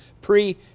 pre